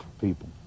people